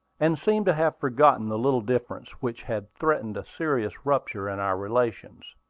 and seemed to have forgotten the little difference which had threatened a serious rupture in our relations.